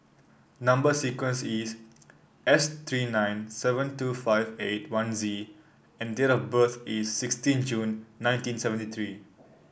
number sequence is S three nine seven two five eight one Z and date of birth is sixteen June nineteen seventy three